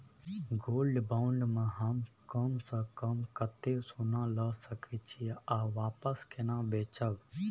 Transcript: Gold bond म हम कम स कम कत्ते सोना ल सके छिए आ वापस केना बेचब?